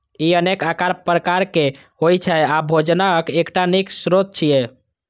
ई अनेक आकार प्रकार के होइ छै आ भोजनक एकटा नीक स्रोत छियै